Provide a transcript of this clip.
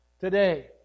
today